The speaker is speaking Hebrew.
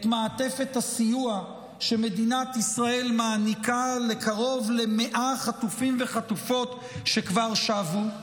מעטפת הסיוע שמדינת ישראל מעניקה לקרוב ל-100 חטופים וחטופות שכבר שבו.